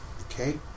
okay